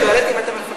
אני שואלת אם אתה מפקפק.